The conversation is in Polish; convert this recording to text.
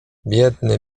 biedny